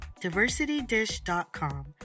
Diversitydish.com